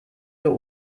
nur